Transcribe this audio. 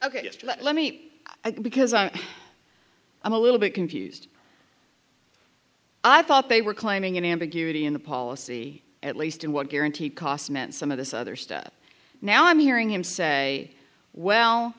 ok let me because i'm a little bit confused i thought they were claiming an ambiguity in the policy at least in one guaranteed costs meant some of this other stuff now i'm hearing him say well